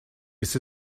ist